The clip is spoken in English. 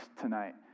tonight